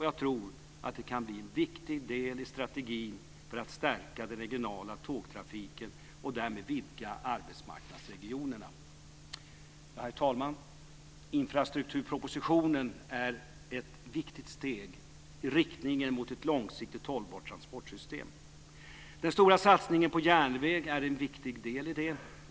Jag tror att det kan bli en viktig del i strategin för att stärka den regionala tågtrafiken och därmed vidga arbetsmarknadsregionerna. Herr talman! Infrastrukturpropositionen är ett viktigt steg i riktningen mot ett långsiktigt hållbart transportsystem. Den stora satsningen på järnväg är en viktig del i det.